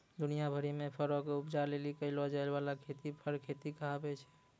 दुनिया भरि मे फरो के उपजा लेली करलो जाय बाला खेती फर खेती कहाबै छै